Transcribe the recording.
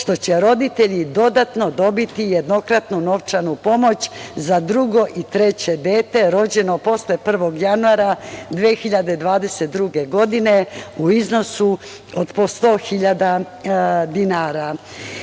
što će roditelji dodatno dobiti jednokratnu novčanu pomoć za drugo i treće dete rođeno posle 1. januara 2022. godine u iznosu od 100 hiljada